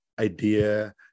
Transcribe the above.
idea